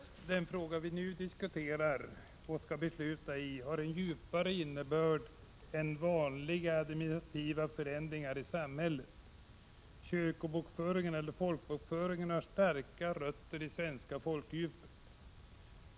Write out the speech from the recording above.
Fru talman! Den fråga vi nu diskuterar och skall besluta i har en djupare innebörd än vanliga administrativa förändringar i samhället. Kyrkobokföringen eller folkbokföringen har starka rötter i det svenska folkdjupet.